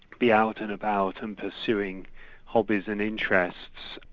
be out and about and pursuing hobbies and interests,